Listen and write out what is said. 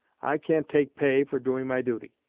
i can't take pay for doing my duty.